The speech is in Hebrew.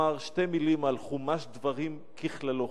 אומר שתי מלים על חומש דברים ככללו.